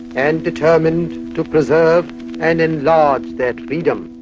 and determined to preserve and enlarge that freedom.